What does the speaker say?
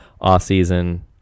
off-season